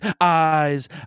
eyes